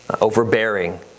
overbearing